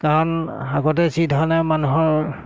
কাৰণ আগতে যিধৰণে মানুহৰ